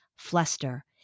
Fluster